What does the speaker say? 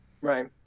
Right